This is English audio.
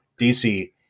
DC